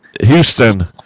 Houston